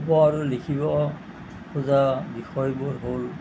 ক'ব আৰু লিখিব খোজা বিষয়বোৰ হ'ল